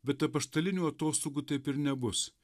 bet apaštalinių atostogų taip ir nebus